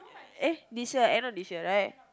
eh this year end of this year right